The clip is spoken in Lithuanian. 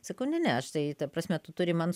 sakau ne ne aš tai ta prasme tu turi man